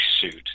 suit